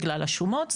בגלל השומות.